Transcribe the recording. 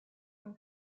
政府